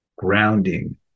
grounding